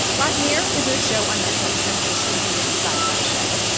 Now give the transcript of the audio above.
black mirror is a show on netflix, kind of a dystopian sci-fi show.